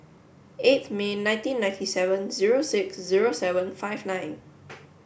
eighth May nineteen ninety seven zero six zero seven five nine